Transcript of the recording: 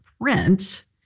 print